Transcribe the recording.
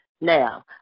Now